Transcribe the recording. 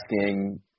asking –